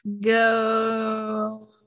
go